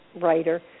writer